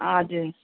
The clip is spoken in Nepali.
हजुर